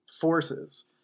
forces